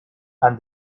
and